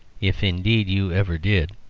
if indeed you ever did.